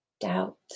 doubt